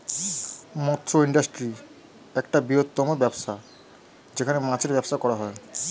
মৎস্য ইন্ডাস্ট্রি একটা বৃহত্তম ব্যবসা যেখানে মাছের ব্যবসা করা হয়